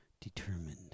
determined